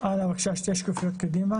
שתי שקופיות קדימה